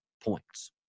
points